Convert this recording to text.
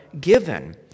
given